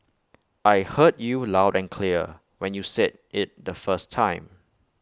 I heard you loud and clear when you said IT the first time